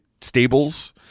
stables